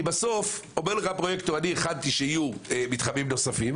כי בסוף אומר לך הפרויקטור: אני הכנתי תוכנית שלפיה יהיו מתחמים נוספים,